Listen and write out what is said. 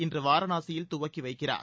இன்று வாரணாசியில் துவக்கி வைக்கிறார்